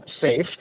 safe